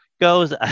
goes